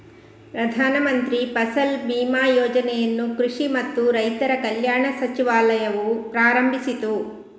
ಪ್ರಧಾನ ಮಂತ್ರಿ ಫಸಲ್ ಬಿಮಾ ಯೋಜನೆಯನ್ನು ಕೃಷಿ ಮತ್ತು ರೈತರ ಕಲ್ಯಾಣ ಸಚಿವಾಲಯವು ಪ್ರಾರಂಭಿಸಿತು